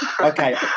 okay